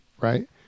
Right